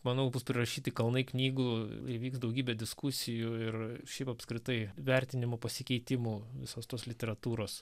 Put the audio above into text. manau bus prirašyti kalnai knygų įvyks daugybė diskusijų ir šiaip apskritai vertinimų pasikeitimų visos tos literatūros